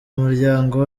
muryango